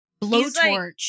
blowtorch